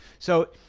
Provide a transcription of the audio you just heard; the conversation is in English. so